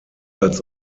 als